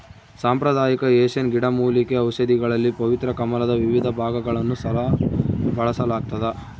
ಸಾಂಪ್ರದಾಯಿಕ ಏಷ್ಯನ್ ಗಿಡಮೂಲಿಕೆ ಔಷಧಿಗಳಲ್ಲಿ ಪವಿತ್ರ ಕಮಲದ ವಿವಿಧ ಭಾಗಗಳನ್ನು ಸಹ ಬಳಸಲಾಗ್ತದ